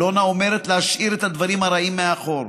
אלונה אומרת להשאיר את הדברים הרעים מאחור.